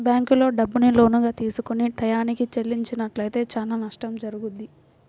బ్యేంకుల్లో డబ్బుని లోనుగా తీసుకొని టైయ్యానికి చెల్లించనట్లయితే చానా నష్టం జరుగుద్ది